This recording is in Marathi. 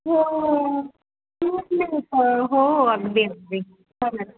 हो नाही हो अगदी अगदी चालेल